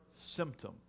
symptom